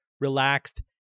relaxed